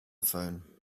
phone